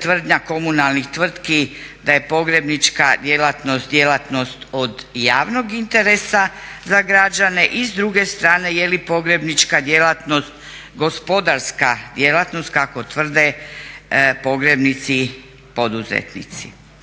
tvrdnja komunalnih tvrtki da je pogrebnička djelatnost djelatnost od javnog interesa za građana i s druge strane je li pogrebnička djelatnost gospodarska djelatnost kako tvrde pogrebnici poduzetnici.